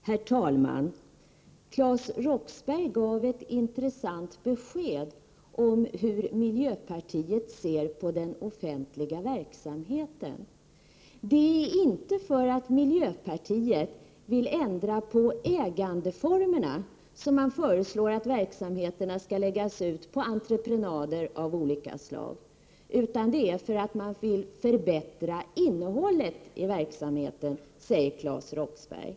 Herr talman! Claes Roxbergh gav ett intressant besked om hur miljöpartiet ser på den offentliga verksamheten. Det är inte för att miljöpartiet vill ändra på ägandeformerna som man föreslår att verksamheterna skall läggas ut på entreprenader av olika slag, utan det är för att man vill förbättra innehållet i verksamheten, säger Claes Roxbergh.